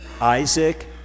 Isaac